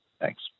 Thanks